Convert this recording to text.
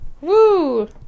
Woo